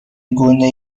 گُنده